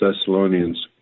Thessalonians